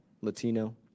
Latino